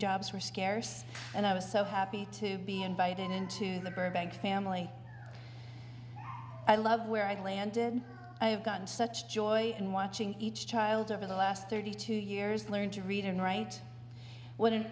jobs were scarce and i was so happy to be invited into the burbank family i love where i landed i've gotten such joy in watching each child over the last thirty two years learning to read and write what an